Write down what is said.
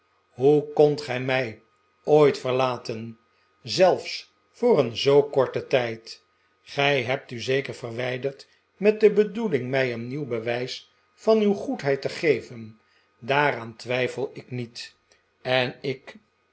hoe kondt gij mij ooit verlaten zelfs voor een zoo korten tijd gij hebt u zeker verwijderd met de bedoeling mij een nieuw bewijs van uw goedheid te geven daaraan twijfel ik niet en ik